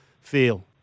feel